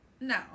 No